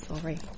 Sorry